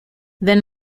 wenn